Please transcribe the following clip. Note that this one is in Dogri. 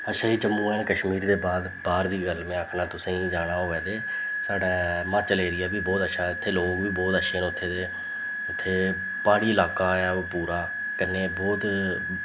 अच्छा जी जम्मू एंड कश्मीर दे बाद बाह्र बी गल्ल में आखना तुसेंगी जाना होऐ ते साढ़े म्हाचल ऐरिया बी बोह्त अच्छा ऐ इत्थै लोक बी बोह्त अच्छे न उत्थें दे उत्थै प्हाड़ी लाका ऐ ओह् पूरा कन्नै बोह्त